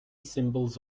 symbols